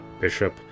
bishop